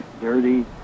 dirty